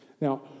Now